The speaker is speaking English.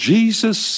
Jesus